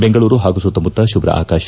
ಬೆಂಗಳೂರು ಪಾಗೂ ಸುತ್ತಮುತ್ತ ಶುಭ್ರ ಆಕಾಶ